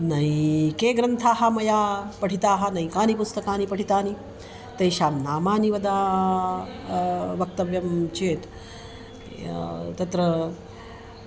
नैके ग्रन्थाः मया पठिताः नैकानि पुस्तकानि पठितानि तेषां नामानि वद वक्तव्यं चेत् तत्र